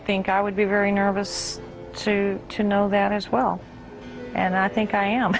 think i would be very nervous to know that as well and i think i am